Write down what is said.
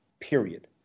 Period